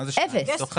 מה זה מתוך כמה?